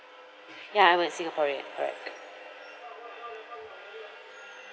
ya I'm a singaporean alright